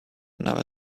another